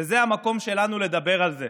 וזה המקום שלנו לדבר על זה,